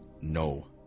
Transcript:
No